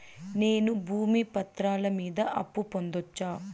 నేను భూమి పత్రాల మీద అప్పు పొందొచ్చా?